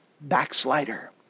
backslider